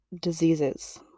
diseases